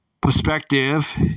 perspective